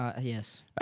Yes